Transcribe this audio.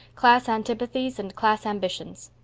class antipathies and class ambitions.